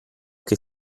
che